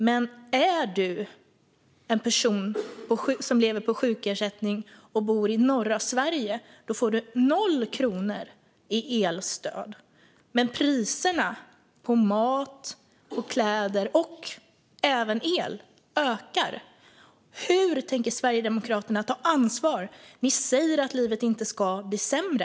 Men den person som lever på sjukersättning och bor i norra Sverige får noll kronor i elstöd medan priserna på mat, kläder och även el ökar. Hur tänker Sverigedemokraterna ta ansvar? Ni säger att livet inte ska bli sämre.